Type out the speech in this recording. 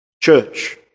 Church